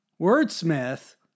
Wordsmith